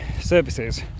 services